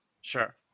Sure